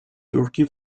turkey